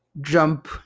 jump